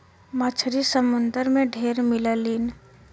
मछरी समुंदर में ढेर मिललीन